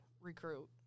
recruit